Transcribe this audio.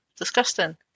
Disgusting